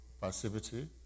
passivity